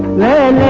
then